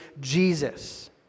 Jesus